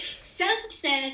self-obsessed